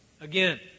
again